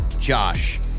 Josh